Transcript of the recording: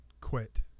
quit